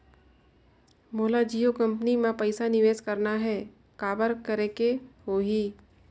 मोला जियो कंपनी मां पइसा निवेश करना हे, काबर करेके होही?